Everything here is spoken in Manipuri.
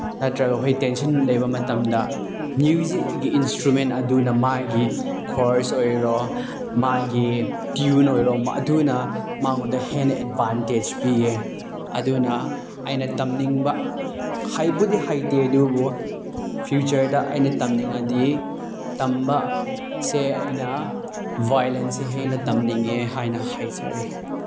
ꯅꯠꯇ꯭ꯔꯒ ꯑꯩꯈꯣꯏ ꯇꯦꯟꯁꯟ ꯂꯩꯕ ꯃꯇꯝꯗ ꯃ꯭ꯌꯨꯖꯤꯛꯀꯤ ꯏꯟꯁꯇ꯭ꯔꯨꯃꯦꯟ ꯑꯗꯨꯅ ꯃꯥꯒꯤ ꯈꯣꯔꯁ ꯑꯣꯏꯔꯣ ꯃꯥꯒꯤ ꯇ꯭ꯌꯨꯟ ꯑꯣꯏꯔꯣ ꯑꯗꯨꯅ ꯃꯥꯉꯣꯟꯗ ꯍꯦꯟꯅ ꯑꯦꯗꯚꯥꯟꯇꯦꯖ ꯄꯤꯌꯦ ꯑꯗꯨꯅ ꯑꯩꯅ ꯇꯝꯅꯤꯡꯕ ꯍꯩꯕꯨꯗꯤ ꯍꯩꯇꯦ ꯑꯗꯨꯕꯨ ꯐ꯭ꯌꯨꯆꯔꯗ ꯑꯩꯅ ꯇꯝꯅꯤꯡꯉꯗꯤ ꯇꯝꯕ ꯁꯦ ꯑꯩꯅ ꯚꯥꯌꯣꯂꯤꯟꯁꯦ ꯍꯦꯟꯅ ꯇꯝꯅꯤꯡꯉꯦ ꯍꯥꯏꯅ ꯍꯥꯏꯖꯔꯤ